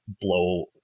blow